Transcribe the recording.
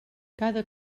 cada